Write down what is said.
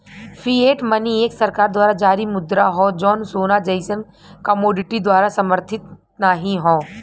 fiat money एक सरकार द्वारा जारी मुद्रा हौ जौन सोना जइसन कमोडिटी द्वारा समर्थित नाहीं हौ